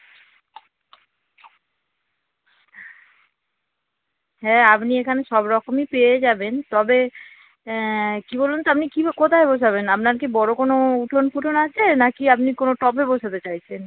হ্যাঁ আপনি এখানে সব রকমই পেয়ে যাবেন তবে কী বলুন তো আপনি কী কোথায় বসাবেন আপনার কি বড়ো কোনো উঠোন ফুটোন আছে নাকি আপনি কোনো টবে বসাতে চাইছেন